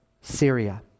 Syria